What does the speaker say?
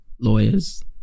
lawyers